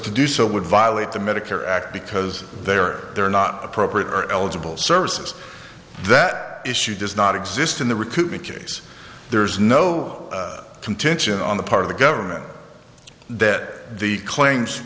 to do so would violate the medicare act because they are they're not appropriate or eligible services that issue does not exist in the recoupment case there's no contention on the part of the government that the claims